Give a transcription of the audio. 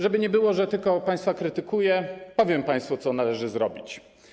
Żeby nie było, że tylko państwa krytykuję, powiem państwu, co należy zrobić.